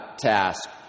task